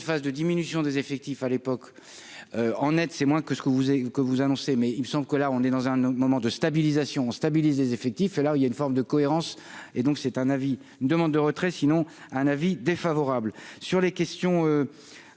phase de diminution des effectifs à l'époque en net, c'est moins que ce que vous et que vous annoncez, mais il me semble que là on est dans un autre moment de stabilisation stabilise les effectifs et là où il y a une forme de cohérence et donc c'est un avis demande de retrait sinon un avis défavorable sur les questions